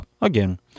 again